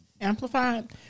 Amplified